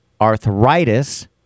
arthritis